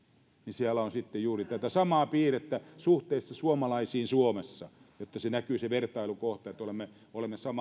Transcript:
siellä on juuri tätä samaa piirrettä suhteessa suomalaisiin suomessa jotta näkyy se vertailukohta että olemme